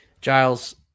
Giles